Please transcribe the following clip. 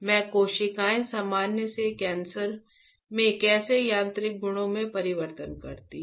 ये कोशिकाएं सामान्य से कैंसर में कैसे यांत्रिक गुणों में परिवर्तन करती हैं